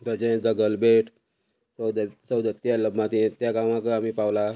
ताचे जगलबेट चौदत्या चौदत्याती येल्लम्मा देत त्या गांवांक आमी पावला